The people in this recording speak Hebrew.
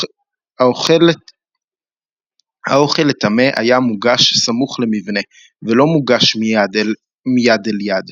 האוכל לטמא היה מוגש סמוך למבנה ולא מוגש מיד אל יד.